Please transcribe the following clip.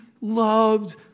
loved